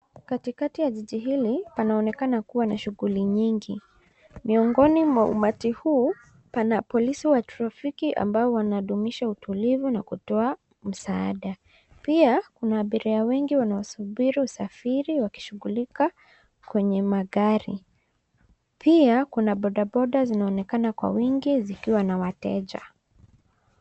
Katikati ya jiji hili panaonekana kuwa na shuguli nyingi. Miongoni mwa umati huu pana polisi wa trafiki amabo wanadumisha utulivu na kutoa msaada. Pia kuna abiria wengi wanao subiri usafiri wakishugulika kwenye magari. Pia kuna bodaboda zinaonekana kwa wingi zikiwa na wateja.